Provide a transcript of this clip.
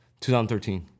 2013